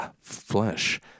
flesh